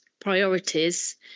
priorities